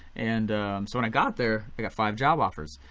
and so when i got there i got five job offers.